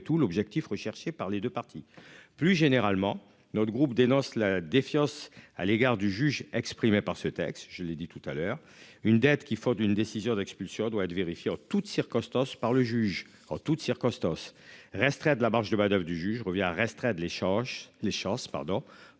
tout l'objectif recherché par les 2 parties plus généralement notre groupe dénonce la défiance à l'égard du juge exprimée par ce texte, je l'ai dit tout à l'heure une dette qui faut, d'une décision d'expulsion doit être vérifiée en toutes circonstances, par le juge en toutes circonstances resterait de la marge de manoeuvre du juge revient à restreindre l'échange les chances pardon